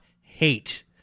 hate